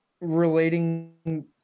relating